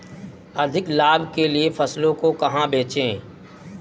अधिक लाभ के लिए फसलों को कहाँ बेचें?